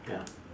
ya